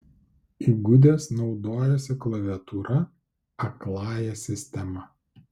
įgudęs naudojasi klaviatūra akląja sistema